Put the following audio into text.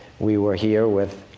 we were here with